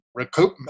recoupment